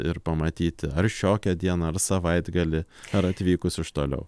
ir pamatyti ar šiokią dieną ar savaitgalį ar atvykus iš toliau